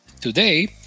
Today